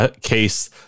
case